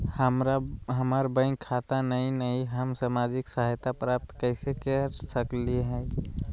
हमार बैंक खाता नई हई, हम सामाजिक सहायता प्राप्त कैसे के सकली हई?